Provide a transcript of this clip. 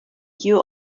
you